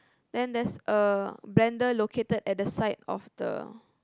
then there's a blender located at the side of the